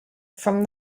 from